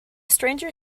stranger